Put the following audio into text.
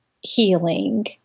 healing